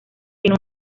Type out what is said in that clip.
tiene